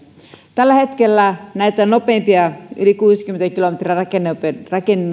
tällä hetkellä näitä nopeimpia yli kuudenkymmenen kilometrin rakennenopeudella